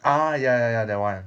ah ya ya ya that one